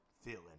feeling